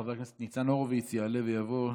חבר הכנסת ניצן הורוביץ יעלה ויבוא.